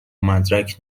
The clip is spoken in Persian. مدرک